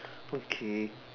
okay